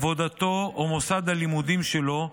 עבודתו או מוסד הלימודים שלו,